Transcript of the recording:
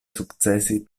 sukcesis